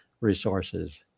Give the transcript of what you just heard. resources